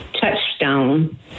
Touchstone